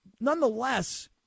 Nonetheless